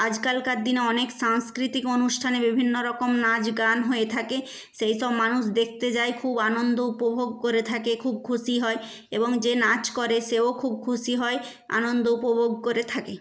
আজকালকার দিনে অনেক সাংস্কৃতিক অনুষ্ঠানে বিভিন্ন রকম নাচ গান হয়ে থাকে সেই সব মানুষ দেখতে যায় খুব আনন্দ উপভোগ করে থাকে খুব খুশি হয় এবং যে নাচ করে সেও খুব খুশি হয় আনন্দ উপভোগ করে থাকে